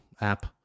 app